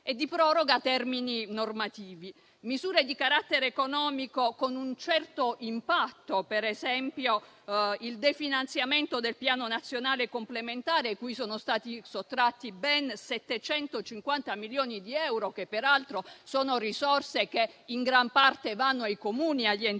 e di proroga di termini normativi; misure di carattere economico con un certo impatto: per esempio il definanziamento del Piano nazionale complementare, cui sono stati sottratti ben 750 milioni di euro, che peraltro sono risorse che in gran parte vanno ai Comuni e agli enti